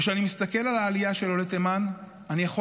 וכשאני מסתכל על העלייה של עולי תימן אני יכול